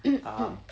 eh